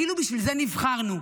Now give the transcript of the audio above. כאילו בשביל זה נבחרנו.